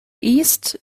east